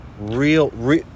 real